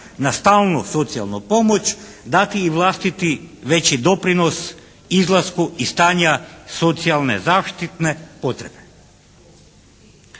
na stalnu socijalnu pomoć dati i vlastiti veći doprinos izlasku iz stanja socijalne zaštitne potrebe.